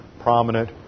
prominent